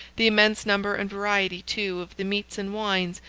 the immense number and variety, too, of the meats and wines,